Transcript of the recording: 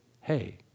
hey